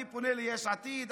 אני פונה ליש עתיד,